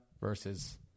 versus